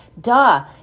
duh